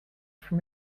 from